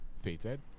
fated